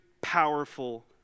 powerful